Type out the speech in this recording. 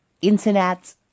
internet